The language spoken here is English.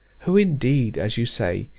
who, indeed, as you say,